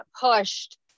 pushed